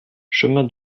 chemin